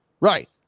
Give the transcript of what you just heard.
right